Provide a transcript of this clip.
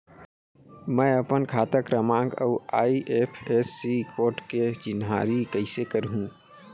मैं अपन खाता क्रमाँक अऊ आई.एफ.एस.सी कोड के चिन्हारी कइसे करहूँ?